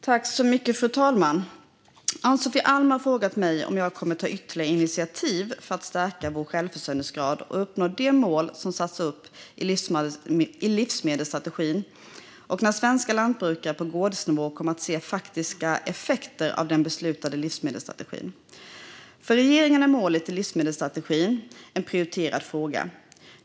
Fru talman! Ann-Sofie Alm har frågat mig om jag kommer att ta ytterligare initiativ för att stärka vår självförsörjningsgrad och uppnå de mål som satts upp i livsmedelsstrategin och när svenska lantbrukare på gårdsnivå kommer att se faktiska effekter av den beslutade livsmedelsstrategin. För regeringen är målet i livsmedelsstrategin en prioriterad fråga.